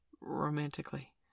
romantically